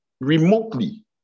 remotely